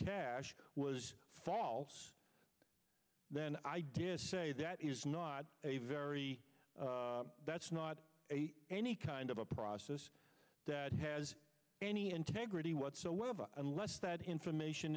cash was false then i did say that is not a very that's not a any kind of a process that has any integrity whatsoever unless that information